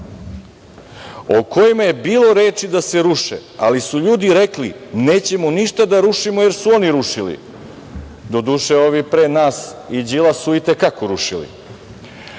o kojima je bilo reči da se ruše, ali su ljudi rekli - nećemo ništa da rušimo jer su oni rušili, doduše ovi pre nas i Đilasovi i te kako su rušili,